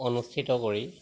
অনুষ্ঠিত কৰি